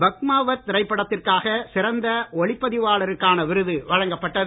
பக்மாவத் திரைப்படத்திற்காக சிறந்த ஒளிபதிவாளருக்கான விருது வழங்கப்பட்டது